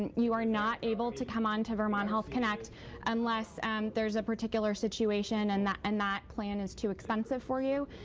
you are not able to come on to vermont health connect unless and there is a particular situation and that and plan is too expensive for you.